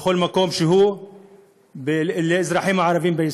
בכל מקום שהוא לאזרחים הערבים בישראל.